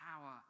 power